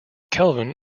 kelvin